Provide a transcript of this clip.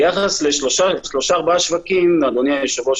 ביחס לשלושה ארבעה שווקים אדוני היושב-ראש,